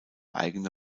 eigene